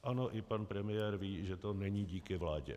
Ano, i pan premiér ví, že to není díky vládě.